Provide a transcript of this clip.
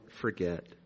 forget